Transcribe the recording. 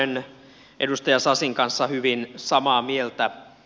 olen edustaja sasin kanssa hyvin samaa mieltä